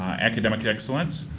academic excellence,